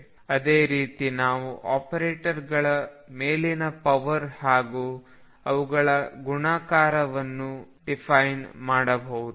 ಅದೇ ರೀತಿ ನಾವು ಆಪರೇಟರ್ಗಳ ಮೇಲಿನ ಪವರ್ ಹಾಗೂ ಅವುಗಳ ಗುಣಾಕಾರವನ್ನು ಡಿಫೈನ್ ಮಾಡಬಹುದು